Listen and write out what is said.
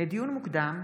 לדיון מוקדם,